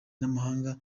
n’amahanga